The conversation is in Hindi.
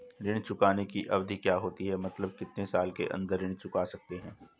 ऋण चुकाने की अवधि क्या होती है मतलब कितने साल के अंदर ऋण चुका सकते हैं?